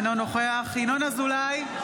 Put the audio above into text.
אינו נוכח ינון אזולאי,